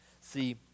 See